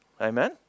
Amen